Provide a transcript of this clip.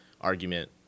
argument